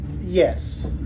Yes